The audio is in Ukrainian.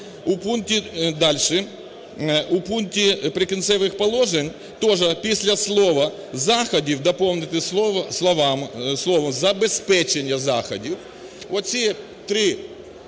у пункті "Прикінцевих положень" тоже після слова "заходів" доповнити слово "забезпечення заходів".